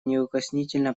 неукоснительно